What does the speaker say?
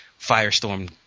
Firestorm